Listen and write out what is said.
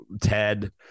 Ted